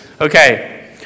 Okay